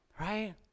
right